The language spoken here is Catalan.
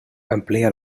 amplia